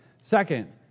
Second